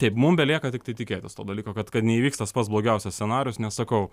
taip mum belieka tiktai tikėtis to dalyko kad kad neįvyks tas pats blogiausias scenarijus nes sakau